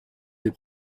des